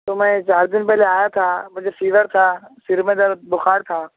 تو میں چار دن پہلے آیا تھا مجھے فیور تھا سر میں درد بخار تھا